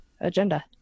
agenda